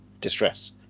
distress